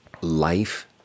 life